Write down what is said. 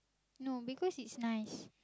no because it is nice